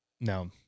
No